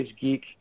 geek